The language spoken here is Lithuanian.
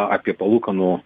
apie palūkanų